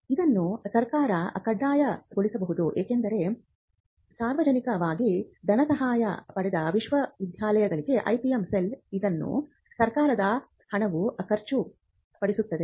ಇದನ್ನು ಸರ್ಕಾರ ಕಡ್ಡಾಯಗೊಳಿಸಬಹುದು ಏಕೆಂದರೆ ಸಾರ್ವಜನಿಕವಾಗಿ ಧನಸಹಾಯ ಪಡೆದ ವಿಶ್ವವಿದ್ಯಾಲಯಗಳಿಗೆ IPM ಸೆಲ್ ಇರುವುದನ್ನು ಸರ್ಕಾರದ ಹಣವು ಖಚಿತಪಡಿಸುತ್ತದೆ